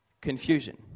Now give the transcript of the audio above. confusion